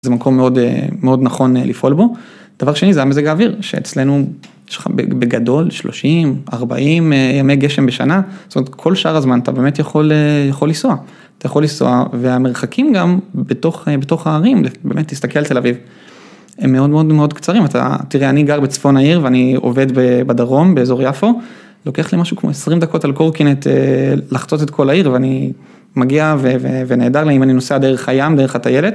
זה מקום מאוד נכון לפעול בו, דבר שני זה המזג האוויר, שאצלנו יש לך בגדול שלושים, ארבעים ימי גשם בשנה, זאת אומרת כל שאר הזמן אתה באמת יכול לנסוע, אתה יכול לנסוע והמרחקים גם בתוך הערים, באמת תסתכל על תל אביב, הם מאוד מאוד מאוד קצרים, אתה..תראה אני גר בצפון העיר ואני עובד בדרום באזור יפו, לוקח לי משהו כמו עשרים דקות על קורקינט לחצות את כל העיר ואני מגיע ונהדר לי, אם אני נוסע דרך הים, דרך הטיילת.